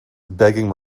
begging